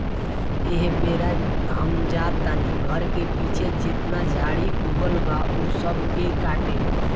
एह बेरा हम जा तानी घर के पीछे जेतना झाड़ी उगल बा ऊ सब के काटे